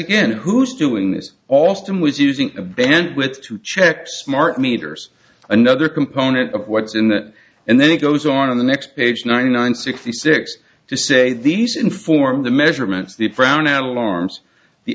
again who's doing this alston was using a bandwidth to check smart meters another component of what's in that and then it goes on in the next page ninety nine sixty six to say these inform the measurements the frown alarms the